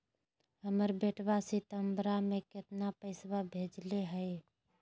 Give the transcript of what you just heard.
हमर बेटवा सितंबरा में कितना पैसवा भेजले हई?